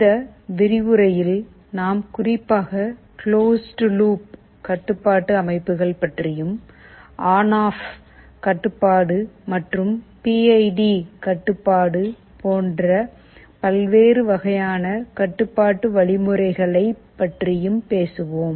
இந்த விரிவுரையில் நாம் குறிப்பாக க்ளோஸ்ட் லூப் கட்டுப்பாட்டு அமைப்புகள் பற்றியும் ஆன் ஆஃப் கட்டுப்பாடு மற்றும் பி ஐ டி கட்டுப்பாடு போன்ற பல்வேறு வகையான கட்டுப்பாட்டு வழிமுறைகளைப் பற்றியும் பேசுவோம்